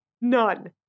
None